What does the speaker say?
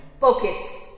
Focus